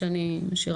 המשפטים.